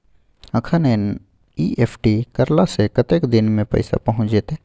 अखन एन.ई.एफ.टी करला से कतेक दिन में पैसा पहुँच जेतै?